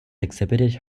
exhibited